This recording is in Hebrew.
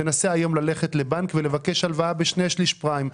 תנסה היום ללכת לבנק ולבקש הלוואה בשני-שלישים פריים.